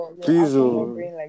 Please